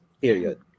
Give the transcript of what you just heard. Period